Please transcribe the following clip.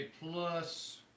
plus